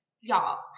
y'all